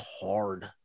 hard